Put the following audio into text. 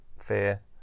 fear